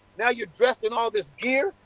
now you are dressed in all of this gear.